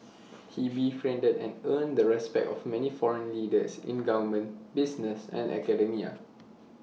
he befriended and earned the respect of many foreign leaders in government business and academia